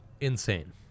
Insane